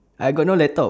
I got no laptop